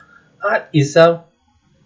art itself